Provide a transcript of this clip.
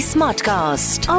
Smartcast